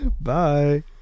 Bye